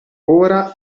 ora